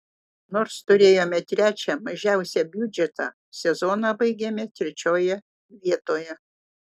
nors turėjome trečią mažiausią biudžetą sezoną baigėme trečioje vietoje